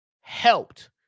helped